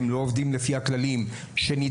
הם לא עובדים לפי הכללים שנדרשים,